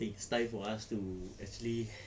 think it's time for us to actually